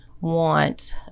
want